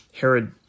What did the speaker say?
Herod